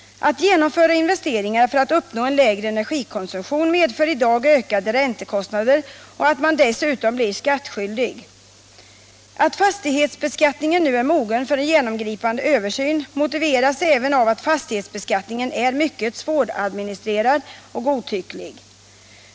Att genomföra investeringar för att uppnå en lägre energi konsumtion medför i dag ökade räntekostnader, och dessutom blir man skattskyldig. Att fastighetsbeskattningen nu är mogen för en genomgripande översyn motiveras även av att fastighetsbeskattningen är mycket svåradministrerad och godtycklig.